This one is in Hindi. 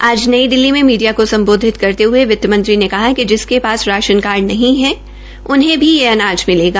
आज नई दिल्ली में मीडया को सम्बोधित करते हये वित्तमंत्री ने कहा कि जिसके पास राशन कार्ड नहीं है उन्हें भी यह अनाज मिलेगा